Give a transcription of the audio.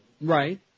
Right